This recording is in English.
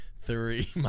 Three